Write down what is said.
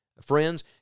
Friends